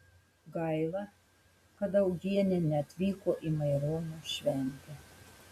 gaila kad augienė neatvyko į maironio šventę